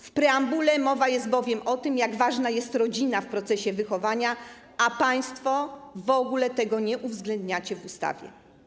W preambule mowa jest bowiem o tym, jak ważna jest rodzina w procesie wychowania, a państwo w ogóle tego nie uwzględniacie w ustawie.